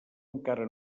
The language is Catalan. encara